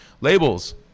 Labels